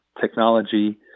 technology